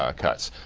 um cuts.